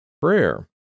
Prayer